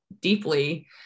deeply